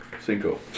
Cinco